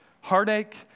heartache